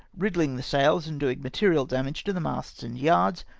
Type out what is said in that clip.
riddhng the sails, and doing material damage to the masts and yards,